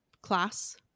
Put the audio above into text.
class